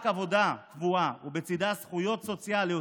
רק עבודה קבועה ובצידה זכויות סוציאליות